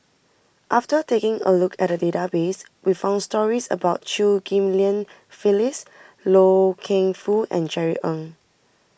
after taking a look at the database we found stories about Chew Ghim Lian Phyllis Loy Keng Foo and Jerry Ng